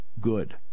good